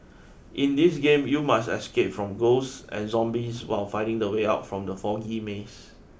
in this game you must escape from ghosts and zombies while finding the way out from the foggy maze